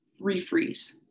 refreeze